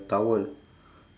towel